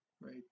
right